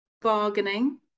Bargaining